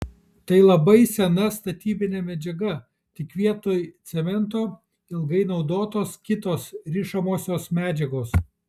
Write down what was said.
tai labai sena statybinė medžiaga tik vietoj cemento ilgai naudotos kitos rišamosios medžiagos